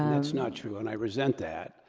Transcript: that's not true, and i resent that.